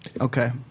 Okay